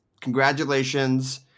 congratulations